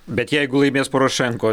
bet jeigu laimės porošenko